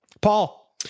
Paul